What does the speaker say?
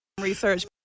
research